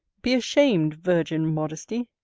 be ashamed, virgin modesty!